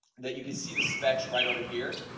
that you can see the specs right over here,